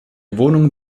wohnung